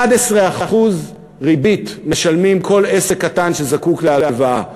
11% ריבית משלם כל עסק קטן שזקוק להלוואה,